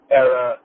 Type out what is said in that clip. era